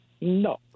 No